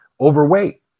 overweight